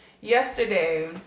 yesterday